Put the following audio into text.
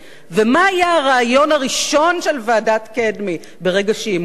ומה היה הרעיון הראשון של ועדת-קדמי ברגע שהיא מונתה?